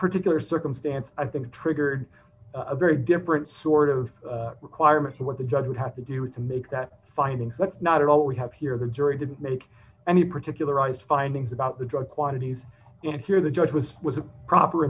particular circumstance i think triggered a very different sort of requirements of what the judge would have to do to make that finding but not at all we have here the jury didn't make any particular on his findings about the drug quantities and here the judge was was a proper